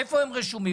איפה הם רשומים?